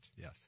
Yes